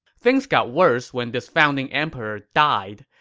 things got worse when this founding emperor died.